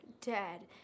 Dad